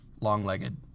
long-legged